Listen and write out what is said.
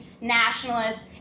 nationalist